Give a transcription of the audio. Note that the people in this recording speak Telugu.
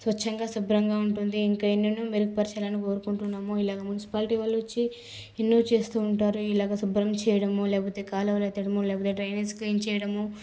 స్వచ్ఛంగా శుభ్రంగా ఉంటుంది ఇంకా ఎన్నెన్నో మెరుగు పరచాలని కోరుకుంటున్నాము ఇలాగ మున్సిపాలిటీ వాళ్ళు వచ్చి ఎన్నో చేస్తు ఉంటారు ఇలాగా శుభ్రం చేయడము లేకపోతే కాలువలు ఎత్తడము లేకపోతే డ్రైనేజ్ క్లీన్ చేయడము